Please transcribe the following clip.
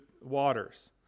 waters